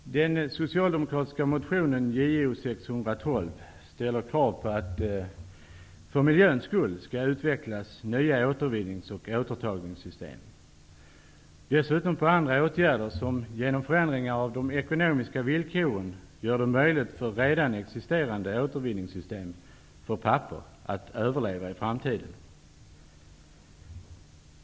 Herr talman! I den socialdemokratiska motionen JO612 ställer motionärerna krav på att det för miljöns skull skall utvecklas nya återvinnings och återtagningssystem. Dessutom krävs andra åtgärder, som genom förändringar av de ekomomiska villkoren gör det möjligt för redan existerande återvinningssystem för papper att överleva i framtiden.